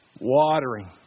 watering